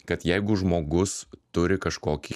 kad jeigu žmogus turi kažkokį